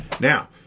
Now